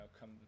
come